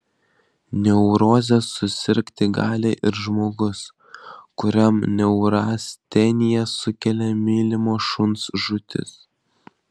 neuroze susirgti gali ir žmogus kuriam neurasteniją sukėlė mylimo šuns žūtis